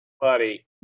Buddy